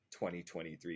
2023